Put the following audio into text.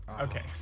Okay